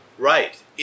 Right